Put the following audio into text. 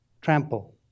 trample